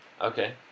Okay